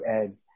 add